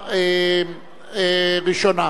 נתקבלה.